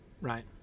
right